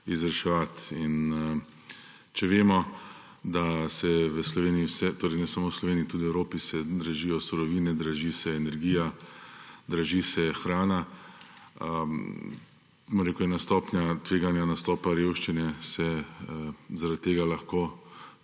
izvrševati. In če vemo, da se v Sloveniji vse, torej ne samo v Sloveniji, tudi v Evropi se dražijo surovine, draži se energija, draži se hrana, bom rekel, da se ena stopnja tveganja nastopa revščine zaradi tega lahko